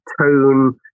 tone